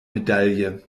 medaille